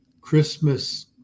Christmas